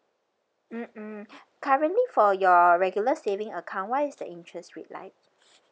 mm mm currently for your regular saving account what is the interest rate like